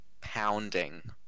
pounding